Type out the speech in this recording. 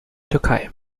türkei